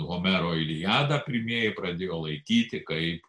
homero iliadą pirmieji pradėjo laikyti kaip